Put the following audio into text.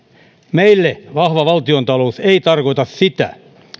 meille vahva valtiontalous ei tarkoita sitä